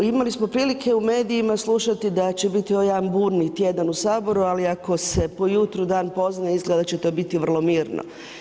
Imali smo prilike u medijima slušati da će biti ovo jedan burni tjedan u Saboru ali ako se po jutru dan poznaje, izgleda da će to bili mirno.